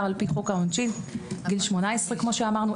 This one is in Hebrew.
על פי חוק העונשין עד גיל 18. כמו שאמרנו,